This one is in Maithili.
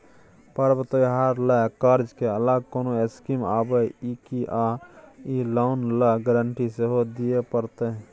पर्व त्योहार ल कर्ज के अलग कोनो स्कीम आबै इ की आ इ लोन ल गारंटी सेहो दिए परतै?